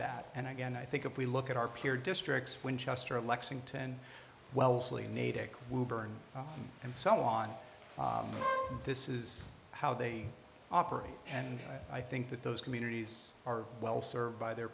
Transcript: that and again i think if we look at our peer districts winchester lexington wellesley natick and so on this is how they operate and i think that those communities are well served by the